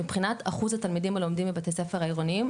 מבחינת אחוז התלמידים הלומדים בבתי ספר העירוניים,